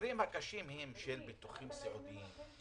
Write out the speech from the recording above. המקרים הקשים הם של ביטוחים סיעודיים,